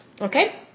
Okay